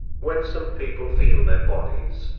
when some people feel their bodies,